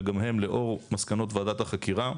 וגם הם לאור מסקנות ועדת החקירה,